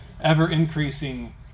ever-increasing